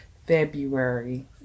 february